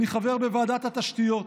אני חבר בוועדת התשתיות,